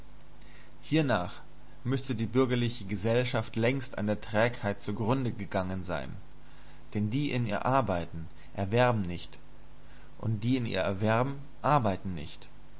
hiernach müßte die bürgerliche gesellschaft längst an der trägheit zugrunde gegangen sein denn die in ihr arbeiten erwerben nicht und die in ihr erwerben arbeiten nicht